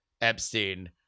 Epstein